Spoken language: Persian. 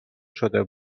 شده